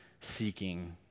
seeking